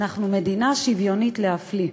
אנחנו מדינה שוויונית להפליא.